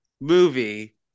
movie